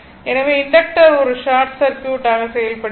எனவே இண்டக்டர் ஒரு short circuit ஆக செயல்படுகிறது